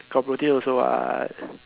got protein also what